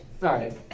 sorry